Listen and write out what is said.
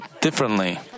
differently